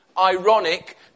ironic